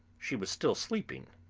she was still sleeping,